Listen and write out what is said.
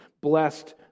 blessed